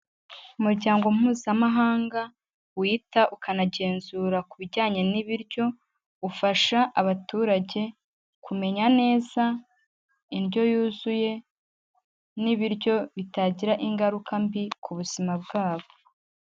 Umuryango Mpuzamahanga wita ukanagenzura ku bijyanye n'ibiryo, ufasha abaturage kumenya neza indyo yuzuye n'ibiryo bitagira ingaruka mbi ku buzima bwabo.